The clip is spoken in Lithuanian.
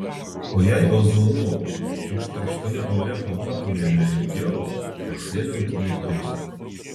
o jei ozonu užterštame ore pabūtumėme ilgiau atsėlintų mirtis